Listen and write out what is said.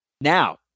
now